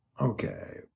Okay